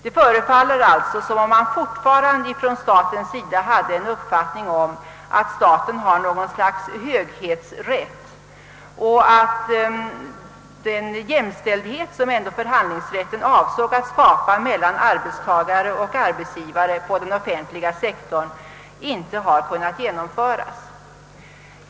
Det förefaller alltså som om man ifrån statens sida fortfarande hyser den uppfattningen, att staten har något slags höghetsrätt och att den jämställdhet som förhandlingsrätten avsåg att skapa mellan arbetstagare och arbetsgivare inom den offentliga sektorn inte har kunnat genomföras.